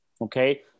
okay